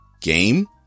game